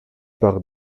par